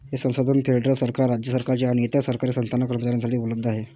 हे संसाधन फेडरल सरकार, राज्य सरकारे आणि इतर सरकारी संस्थांच्या कर्मचाऱ्यांसाठी उपलब्ध आहे